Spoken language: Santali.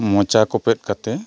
ᱢᱚᱪᱟ ᱠᱚᱯᱮᱫ ᱠᱟᱛᱮ